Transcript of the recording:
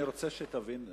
אני רוצה שתבין,